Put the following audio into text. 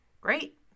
Great